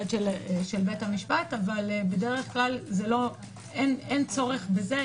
אבל בדרך כלל אין צורך בזה.